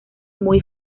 muy